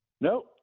Nope